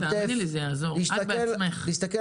להסתכל